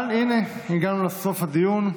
אבל הינה, הגענו לסוף הדיון.